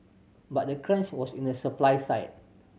but the crunch was in the supply side